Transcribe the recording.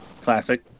Classic